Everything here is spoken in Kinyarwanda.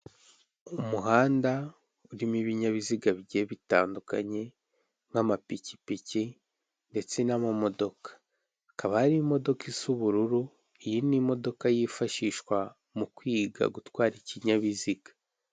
Umuhanda urimo ibinyabiziga bigiye bitandukanye nk'amapikipiki ndetse n'amamodoka, hakaba hari imodoka isa ubururu, iyi ni imodoka yifashishwa mu kwiga gutwara ikinyabiziga.